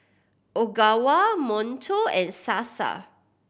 Ogawa Monto and Sasa